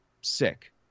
sick